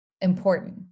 important